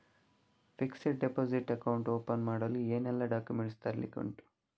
Fixed deposit account open ಮಾಡಲು ಏನೆಲ್ಲಾ documents ತರ್ಲಿಕ್ಕೆ ಉಂಟು?